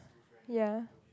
ya